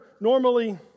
normally